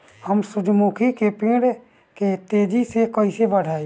हम सुरुजमुखी के पेड़ के तेजी से कईसे बढ़ाई?